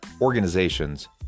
organizations